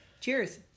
Cheers